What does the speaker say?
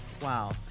Wow